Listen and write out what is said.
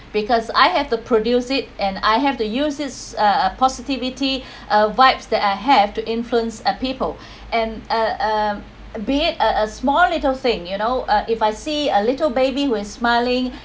because I have to produce it and I have to use it uh positivity uh vibe that I have to influence a people and a a bit a small little thing you know uh if I see a little baby who is smiling